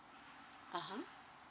(uh huh)